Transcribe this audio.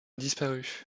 disparu